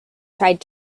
tried